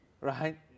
Right